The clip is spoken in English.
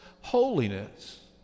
holiness